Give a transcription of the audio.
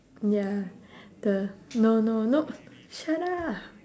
ya the no no no shut up